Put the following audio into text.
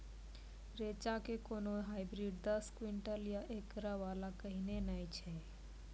रेचा के कोनो हाइब्रिड दस क्विंटल या एकरऽ वाला कहिने नैय छै?